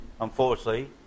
unfortunately